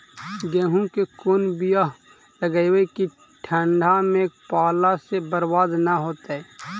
गेहूं के कोन बियाह लगइयै कि ठंडा में पाला से बरबाद न होतै?